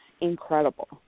incredible